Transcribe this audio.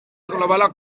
globalak